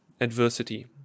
ADVERSITY